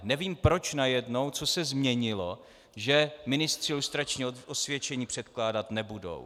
Nevím, proč najednou, co se změnilo, že ministři lustrační osvědčení předkládat nebudou.